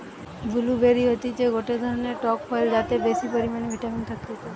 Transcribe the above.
blue বেরি হতিছে গটে ধরণের টক ফল যাতে বেশি পরিমানে ভিটামিন থাকতিছে